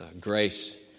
grace